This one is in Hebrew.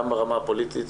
גם ברמה הפוליטית,